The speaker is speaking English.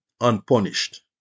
unpunished